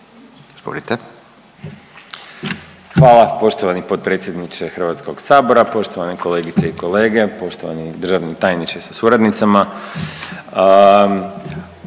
Hvala poštovani potpredsjedniče Hrvatskog sabora, poštovane kolegice i kolege, poštovani državni tajniče sa suradnicama.